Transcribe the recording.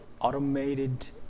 Automated